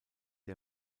die